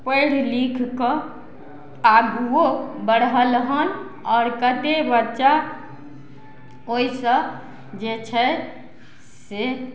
पढ़ि लिख कऽ आगुओ बढ़ल हन आओर कते बच्चा ओइसँ जे छै से